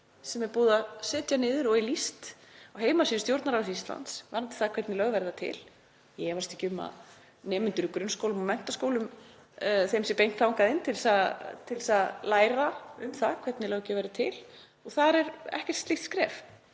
sem búið er að setja niður og er lýst á heimasíðu Stjórnarráðs Íslands varðandi það hvernig lög verða til. Ég efast ekki um að nemendum í grunnskólum og menntaskólum sé beint þangað inn til að læra um það hvernig löggjöf verður til. Og þar er ekkert slíkt skref.